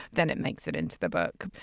then it makes it into the book.